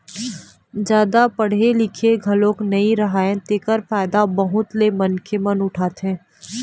जादा पड़हे लिखे घलोक नइ राहय तेखर फायदा बहुत ले मनखे मन उठाथे